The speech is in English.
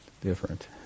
different